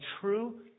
true